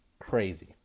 crazy